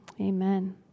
Amen